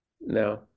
No